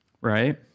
Right